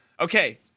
okay